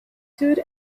stood